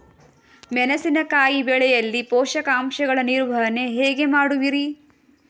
ಮೆಣಸಿನಕಾಯಿ ಬೆಳೆಯಲ್ಲಿ ಪೋಷಕಾಂಶಗಳ ನಿರ್ವಹಣೆ ಹೇಗೆ ಮಾಡುವಿರಿ?